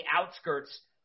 outskirts